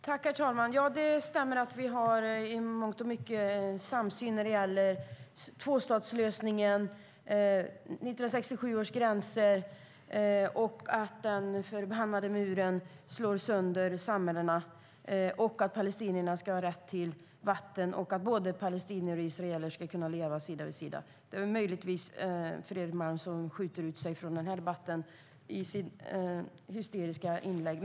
Herr talman! Det stämmer att vi i mångt och mycket har samsyn när det gäller tvåstatslösningen, 1967 års gränser, att den förbannade muren slår sönder samhällena, att palestinierna ska ha rätt till vatten och att både palestinier och israeler ska kunna leva sida vid sida. Det är möjligtvis Fredrik Malm som sticker ut från debatten med sitt hysteriska inlägg.